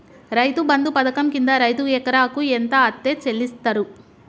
రైతు బంధు పథకం కింద రైతుకు ఎకరాకు ఎంత అత్తే చెల్లిస్తరు?